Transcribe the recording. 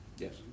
Yes